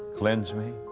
cleanse me.